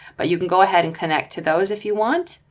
but you can go ahead and connect to those if you want.